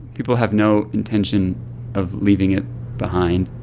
people have no intention of leaving it behind.